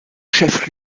chef